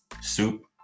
soup